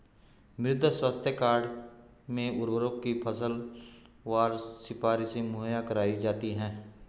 मृदा स्वास्थ्य कार्ड में उर्वरकों की फसलवार सिफारिशें मुहैया कराई जाती है